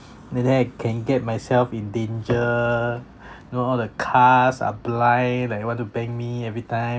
like that I can get myself in danger know all the cars are blind like want to bang me everytime